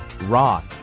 Raw